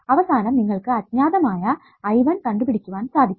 അവസാനം നിങ്ങൾക്ക് അജ്ഞാതമായ I1 കണ്ടുപിടിക്കുവാൻ സാധിക്കും